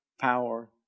power